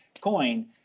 coin